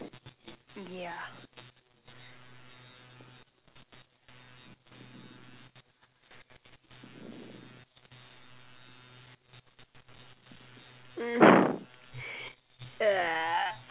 mm ya mm err